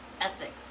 ethics